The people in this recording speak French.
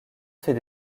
fait